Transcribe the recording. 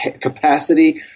capacity